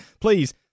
please